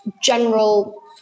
general